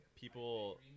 people